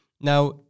now